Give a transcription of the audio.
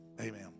Amen